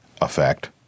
effect